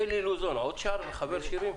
אלי לוזון עוד שר, מחבר שירים?